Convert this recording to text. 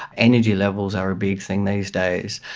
energy levels are a big thing these days,